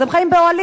אז הם חיים באוהלים,